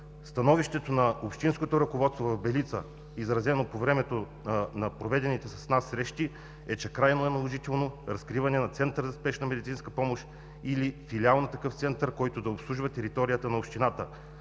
Становището на общинското ръководство в Белица, изразено по времето на проведените с нас срещи, е, че е крайно наложително разкриване на център за спешна медицинска помощ или филиал на такъв център, който да обслужва територията на общината.